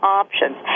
options